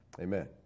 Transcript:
Amen